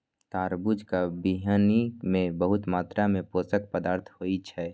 तरबूजक बीहनि मे बहुत मात्रा मे पोषक पदार्थ होइ छै